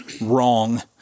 wrong